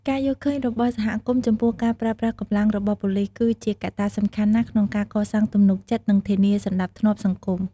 ការយល់ឃើញរបស់សហគមន៍ចំពោះការប្រើប្រាស់កម្លាំងរបស់ប៉ូលីស គឺជាកត្តាសំខាន់ណាស់ក្នុងការកសាងទំនុកចិត្ត និងធានាសណ្តាប់ធ្នាប់សង្គម។